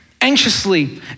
anxiously